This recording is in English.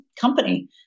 company